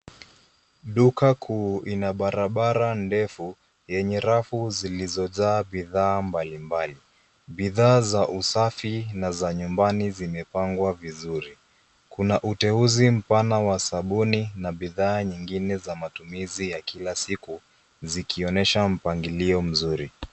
Duka kuu ina barabara ndefu yenye rafu zilizojaa bidhaa mbalimbali. Bidhaa za usafi na za nyumbani zimepangwa vizuri. Kuna uteuzi mpana wa sabuni na bidhaa nyingine za matumizi ya kila siku zikionyesha mpangilio mzuri.